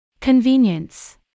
Convenience